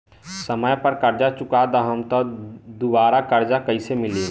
समय पर कर्जा चुका दहम त दुबाराकर्जा कइसे मिली?